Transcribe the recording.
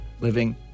living